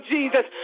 Jesus